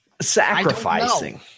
Sacrificing